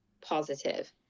positive